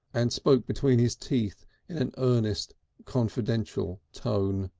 and spoke between his teeth in an earnest confidential tone.